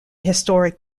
historic